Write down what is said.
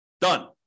Done